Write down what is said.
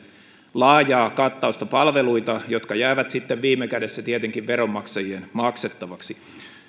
laajaa kattausta palveluita jotka jäävät sitten viime kädessä tietenkin veronmaksajien maksettavaksi